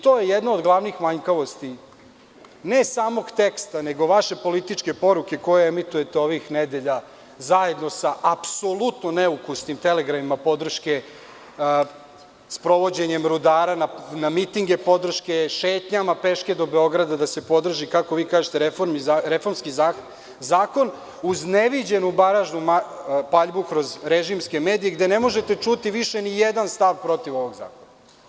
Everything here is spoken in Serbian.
To je jedna od glavnih manjkavosti ne samog teksta nego vaše političke odluke koje emitujete ovih nedelja, zajedno sa apsolutno neukusnim telegramima podrške sprovođenjem rudara na mitinge podrške, šetnjama peške do Beograda da se podrži, kako vi kažete, reformski zakon, uz neviđenu baražnu paljbu kroz režimske medije gde ne možete čuti više ni jedan stav protiv ovog zakona.